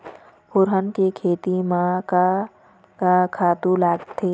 फोरन के खेती म का का खातू लागथे?